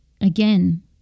Again